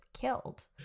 killed